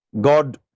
God